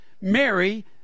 Mary